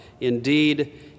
Indeed